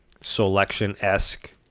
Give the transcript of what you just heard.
selection-esque